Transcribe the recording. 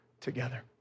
together